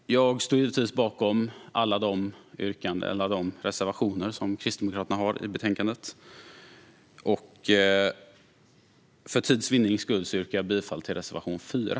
Jag står givetvis bakom alla de reservationer som Kristdemokraterna har i betänkandet. För tids vinnande yrkar jag bifall endast till reservation 4.